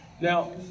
Now